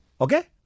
Okay